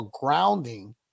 grounding